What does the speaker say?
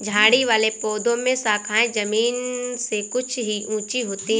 झाड़ी वाले पौधों में शाखाएँ जमीन से कुछ ही ऊँची होती है